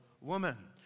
woman